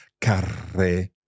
carre